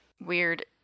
weird